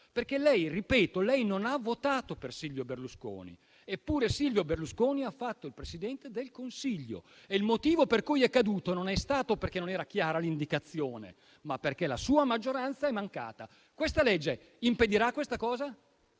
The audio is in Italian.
mi spiace. Ripeto, lei non ha votato per Silvio Berlusconi, eppure Silvio Berlusconi ha fatto il Presidente del Consiglio. Il motivo per cui è caduto non è stato perché non era chiara l'indicazione, ma perché la sua maggioranza è mancata. Questa legge impedirà questa cosa?